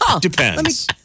Depends